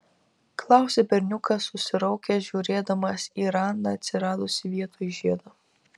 klausia berniukas susiraukęs žiūrėdamas į randą atsiradusį vietoj žiedo